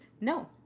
No